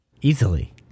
Easily